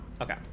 Okay